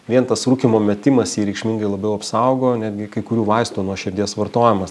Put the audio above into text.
vien tas rūkymo metimas jį reikšmingai labiau apsaugo netgi kai kurių vaistų nuo širdies vartojimas